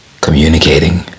communicating